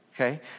okay